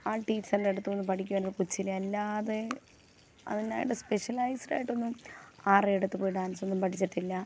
ആഹ് ടീച്ചറിൻറ്റടുത്തുന്ന് പഠിക്കുവാൻ കൊച്ചിലെ അല്ലാതെ അതിനായിട്ട് സ്പെഷ്യലൈസ്ഡായിട്ടൊന്നും ആരെയും അടുത്ത് പോയി ഡാൻസൊന്നും പഠിച്ചിട്ടില്ല